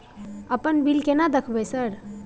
अपन बिल केना देखबय सर?